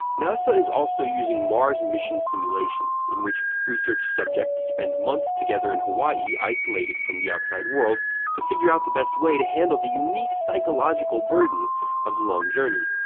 nasa is also using mars mission simulations in which research subjects spend months together in hawaii isolated from the outside world to figure out the best way to handle the unique psychological burdens of the long journey.